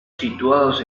situados